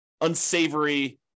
unsavory